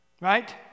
right